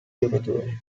giocatori